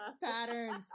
patterns